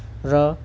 र